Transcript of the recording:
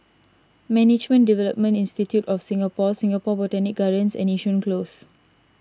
Management Development Institute of Singapore Singapore Botanic Gardens and Yishun Close